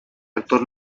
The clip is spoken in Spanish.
actor